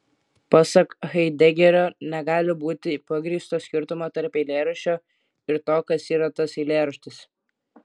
pasak haidegerio negali būti pagrįsto skirtumo tarp eilėraščio ir to kas yra tas eilėraštis